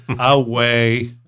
away